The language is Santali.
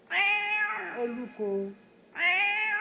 ᱟᱹᱞᱩ ᱠᱚ